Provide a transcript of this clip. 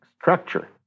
structure